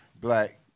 black